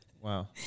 wow